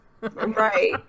Right